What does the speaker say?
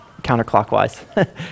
counterclockwise